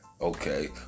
Okay